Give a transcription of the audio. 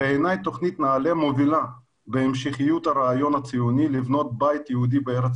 בעיניי תוכנית נעל"ה מובילה בהמשכיות הרעיון הציוני לבנות בית יהודי בארץ